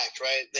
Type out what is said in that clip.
right